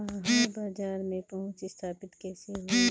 बाहर बाजार में पहुंच स्थापित कैसे होई?